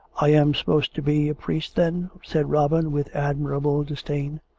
i am supposed to be a priest, then? said robin, with admirable disdain.